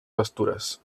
pastures